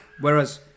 Whereas